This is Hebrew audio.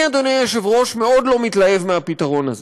אני, אדוני היושב-ראש, מאוד לא מתלהב מהפתרון הזה.